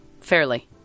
fairly